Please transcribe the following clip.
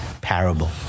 parable